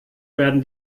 werden